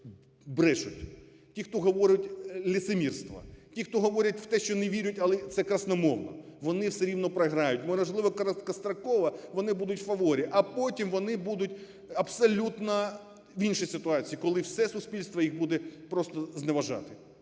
ті, хто говорить лицемірства, ті, хто говорять те, що не вірять, але це красномовно, вони все рівно програють. Можливо, короткостроково вони будуть в фаворі, а потім вони будуть абсолютно в іншій ситуації, коли все суспільство їх буде просто зневажати.